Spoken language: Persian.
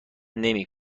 نمی